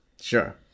Sure